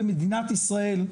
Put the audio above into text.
במדינת ישראל,